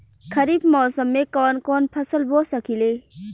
खरिफ मौसम में कवन कवन फसल बो सकि ले?